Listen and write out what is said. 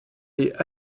est